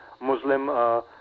Muslim